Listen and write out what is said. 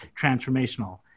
transformational